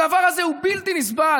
הדבר הזה הוא בלתי נסבל.